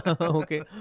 okay